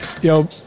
Yo